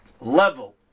level